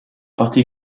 parti